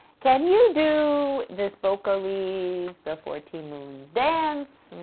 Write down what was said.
can you do this vocal ease before ti moune's dance?